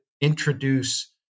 introduce